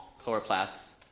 chloroplasts